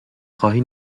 خوای